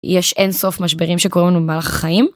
יש אין סוף משברים שקורים לנו במהלך החיים.